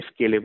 scalable